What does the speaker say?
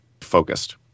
focused